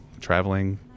traveling